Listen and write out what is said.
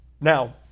Now